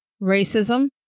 racism